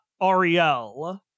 Ariel